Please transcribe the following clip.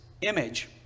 image